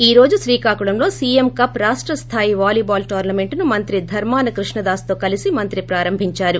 ఈ రోజు శ్రీకాకుళంలో సీఎం కప్ రాష్ట్ స్థాయి వాలీబాల్ టోర్సమెంట్ ను మంత్రి ధర్మాన కృష్ణదాస్ తో కలిసి మంత్రి ప్రారంభించారు